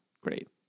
Great